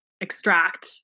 extract